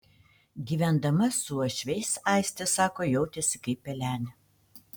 gyvendama su uošviais aistė sako jautėsi kaip pelenė